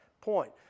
point